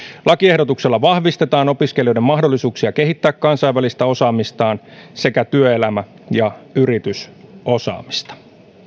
lakiehdotuksella vahvistetaan opiskelijoiden mahdollisuuksia kehittää kansainvälistä osaamistaan sekä työelämä ja yritysosaamista